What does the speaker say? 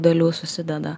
dalių susideda